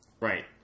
Right